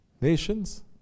nations